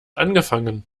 angefangen